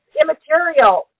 immaterial